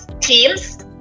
teams